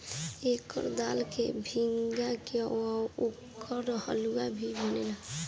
एकर दाल के भीगा के ओकर हलुआ भी बनेला